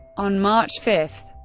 on march five,